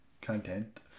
content